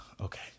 Okay